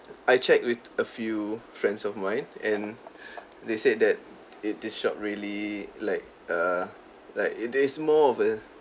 I checked with a few friends of mine and they said that it this shop really like err like it is more of a